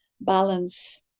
balance